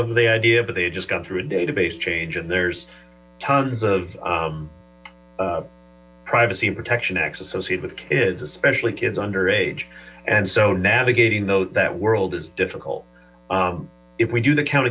of the idea but they had just gone through a database change and there's tons of privacy protection acts associated with kids especially kids under age and so navigating those that world is difficult if we do the count